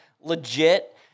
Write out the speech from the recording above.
legit